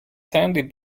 sandy